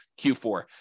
Q4